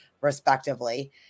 respectively